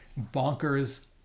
bonkers